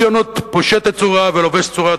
ציונות פושטת צורה ולובשת צורה,